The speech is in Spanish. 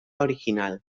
original